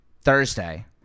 Thursday